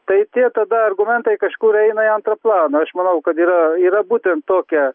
tai tie tada argumentai kažkur eina į antrą planą aš manau kad yra yra būtent tokia